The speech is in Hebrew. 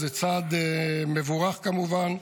זה צעד מבורך, כמובן,